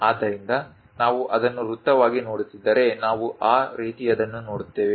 ಆದ್ದರಿಂದ ನಾವು ಅದನ್ನು ವೃತ್ತವಾಗಿ ನೋಡುತ್ತಿದ್ದರೆ ನಾವು ಆ ರೀತಿಯದ್ದನ್ನು ನೋಡುತ್ತೇವೆ